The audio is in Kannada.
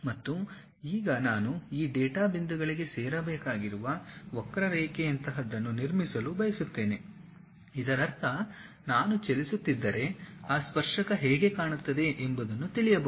ಮತ್ತು ಈಗ ನಾನು ಈ ಡೇಟಾ ಬಿಂದುಗಳಿಗೆ ಸೇರಬೇಕಾಗಿರುವ ವಕ್ರರೇಖೆಯಂತಹದನ್ನು ನಿರ್ಮಿಸಲು ಬಯಸುತ್ತೇನೆ ಇದರರ್ಥ ನಾನು ಚಲಿಸುತ್ತಿದ್ದರೆ ಆ ಸ್ಪರ್ಶಕ ಹೇಗೆ ಕಾಣುತ್ತದೆ ಎಂಬುದನ್ನು ತಿಳಿಯಬಹುದು